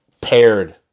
paired